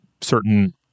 certain